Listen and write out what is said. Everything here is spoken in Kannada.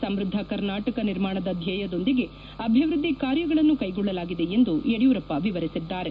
ಸಮೃದ್ದ ಕರ್ನಾಟಕ ನಿರ್ಮಾಣದ ಧ್ಯೇಯದೊಂದಿಗೆ ಅಭಿವ್ಯದ್ದಿ ಕಾರ್ಯಗಳನ್ನು ಕ್ಷೆಗೊಳ್ಳಲಾಗಿದೆ ಎಂದು ಯಡಿಯೂರಪ್ಪ ವಿವರಿಸಿದ್ದಾರೆ